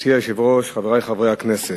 גברתי היושבת-ראש, חברי חברי הכנסת,